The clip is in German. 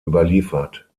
überliefert